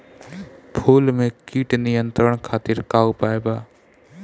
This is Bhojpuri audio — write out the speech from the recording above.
फूल में कीट नियंत्रण खातिर का उपाय बा?